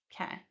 Okay